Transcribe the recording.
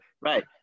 Right